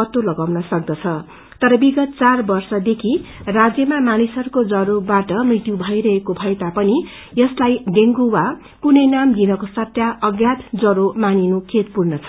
फ्तो लागाउन सक्छ तर विगत चार वष्देखि राज्यमा मानिसहरूको जवरोबाट मृत्यु भइरेको भएता पनि यसलाईडेंगू वा कुनै नाम दिनको सट्टा अज्ञात जवरो मानिनु खेदपूर्ण छ